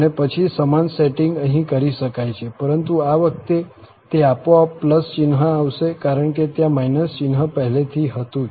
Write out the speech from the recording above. અને પછી સમાન સેટિંગ અહીં કરી શકાય છે પરંતુ આ વખતે તે આપોઆપ ચિહ્ન આવશે કારણ કે ત્યાં ચિહ્ન પહેલેથી હતું